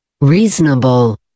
Reasonable